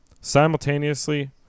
Simultaneously